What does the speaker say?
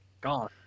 Gone